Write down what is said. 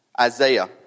Isaiah